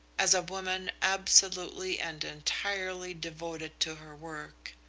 as a woman absolutely and entirely devoted to her work.